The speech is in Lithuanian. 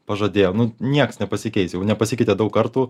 pažadėjo nu nieks nepasikeis jau nepasikeitė daug kartų